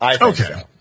Okay